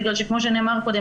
בגלל שכמו שנאמר קודם,